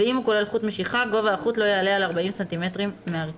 ואם הוא כולל חוט משיכה גובה החוט לא יעלה על 40 סנטימטרים מהרצפה.